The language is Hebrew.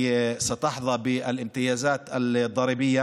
להלן תרגומם: להלן רשימת היישובים הערביים שיזכו בהטבות מס: